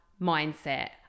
mindset